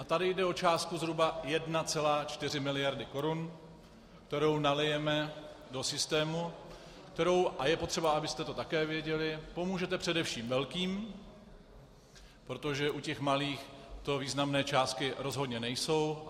A tady jde o částku zhruba 1,4 mld. korun, kterou nalijeme do systému a kterou a je potřeba, abyste to také věděli pomůžete především velkým, protože u těch malých to významné částky rozhodně nejsou.